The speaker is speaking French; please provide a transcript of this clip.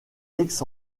aix